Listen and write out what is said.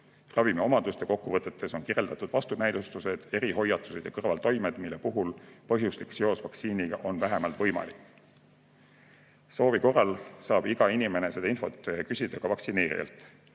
Ravimi omaduste kokkuvõtetes on kirjeldatud vastunäidustused, erihoiatused ja kõrvaltoimed, mille puhul põhjuslik seos vaktsiiniga on vähemalt võimalik. Soovi korral saab iga inimene seda infot küsida ka vaktsineerijalt.